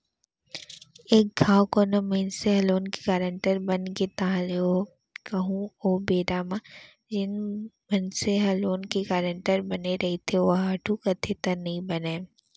एक घांव कोनो मनसे ह लोन के गारेंटर बनगे ताहले कहूँ ओ बेरा म जेन मनसे ह लोन के गारेंटर बने रहिथे ओहा हटहू कहिथे त नइ बनय